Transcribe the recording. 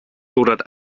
lodert